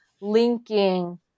linking